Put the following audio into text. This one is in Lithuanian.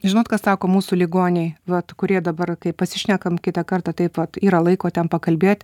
žinot ką sako mūsų ligoniai vat kurie dabar kai pasišnekam kitą kartą taip vat yra laiko ten pakalbėt